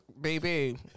baby